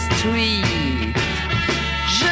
Street